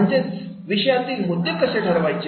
म्हणजेच विषयातील मुद्दे कसे ठरवायचे